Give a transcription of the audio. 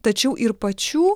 tačiau ir pačių